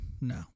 No